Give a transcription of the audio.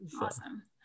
Awesome